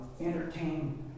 entertain